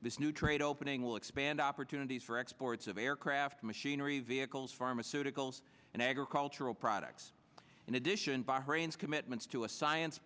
this new trade opening will expand opportunities for exports of aircraft machinery vehicles pharmaceuticals and agricultural products in addition bahrain's commitments to a science